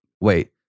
Wait